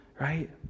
right